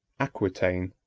aquitaine,